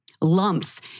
lumps